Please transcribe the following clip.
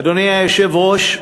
אדוני היושב-ראש,